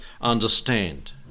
understand